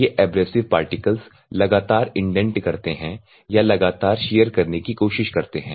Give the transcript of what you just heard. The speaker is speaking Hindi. ये एब्रेसिव पार्टिकल्स लगातार इंडेंट करते हैं या लगातार शियर करने की कोशिश करते हैं